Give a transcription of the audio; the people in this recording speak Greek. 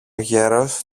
γέρος